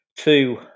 Two